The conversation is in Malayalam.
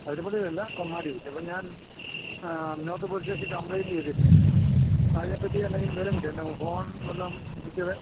പാതിരപ്പള്ളീലല്ല കൊമ്മാടി വെച്ച് അപ്പം ഞാൻ നോർത്ത് പോലീസ് സ്റ്റേഷനി ക്കമ്പ്ലൈറ്റ് ചെയ്തിരുന്നു അതിനേപ്പറ്റി എന്തെങ്കിലും വിവരം കിട്ടിയോ എൻ്റെ ഫോൺ വല്ലോം കിട്ടിയത്